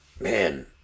man